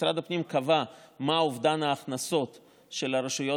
משרד הפנים קבע מה אובדן ההכנסות של הרשויות